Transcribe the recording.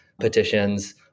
petitions